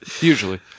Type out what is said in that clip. usually